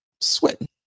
sweating